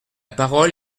parole